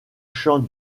chants